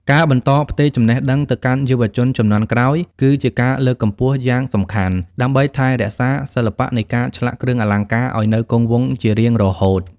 ការបន្តផ្ទេរចំណេះដឹងទៅកាន់យុវជនជំនាន់ក្រោយគឺជាការលើកកម្ពស់យ៉ាងសំខាន់ដើម្បីថែរក្សាសិល្បៈនៃការឆ្លាក់គ្រឿងអលង្ការឲ្យនៅគង់វង្សជារៀងរហូត។